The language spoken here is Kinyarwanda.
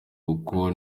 kuko